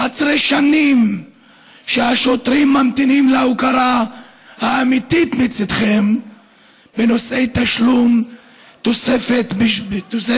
11 שנים שהשוטרים ממתינים להוקרה האמיתית מצידכם בנושא תשלום תוספת